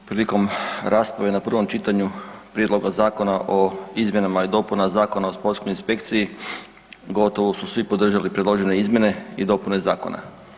Prilikom rasprave na prvom čitanju Prijedloga zakona o izmjenama i dopunama Zakona o sportskoj inspekciji gotovo su svi podržali predložene izmjene i dopune zakona.